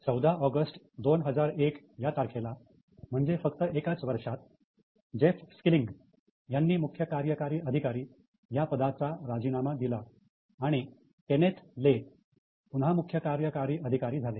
14 ऑगस्ट 2001 या तारखेला म्हणजे फक्त एकाच वर्षात जेफ स्किल्लींग यांनी मुख्य कार्यकारी अधिकारी या पदाचा राजीनामा दिला आणि केनेथ ले पुन्हा मुख्य कार्यकारी अधिकारी झाले